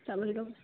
চাবলগীয়া